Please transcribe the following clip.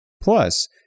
Plus